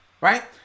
right